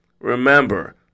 remember